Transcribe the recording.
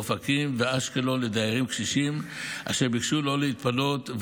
באופקים ואשקלון לדיירים קשישים אשר ביקשו לא להתפנות,